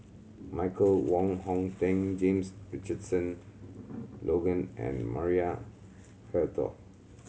Michael Wong Hong Teng James Richardson Logan and Maria Hertogh